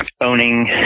owning